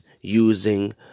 using